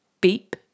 beep